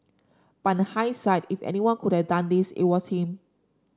but in hindsight if anyone could have done this it was him